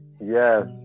Yes